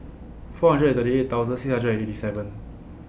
four hundred and thirty eight thousand six hundred and eighty seven